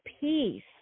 peace